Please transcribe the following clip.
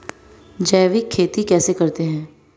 जैविक खेती कैसे करते हैं?